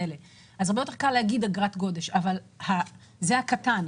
הרבה יותר קל להגיד אגרת גודש, אבל זה הדבר הקטן.